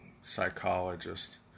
psychologist